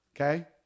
okay